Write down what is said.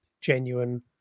genuine